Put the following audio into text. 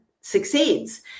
succeeds